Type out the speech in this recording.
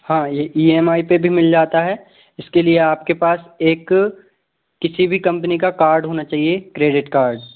हाँ ये E M I पे भी मिल जाता है इसके लिए आपके पास एक किसी भी कंपनी का कार्ड होना चाहिए क्रेडिट कार्ड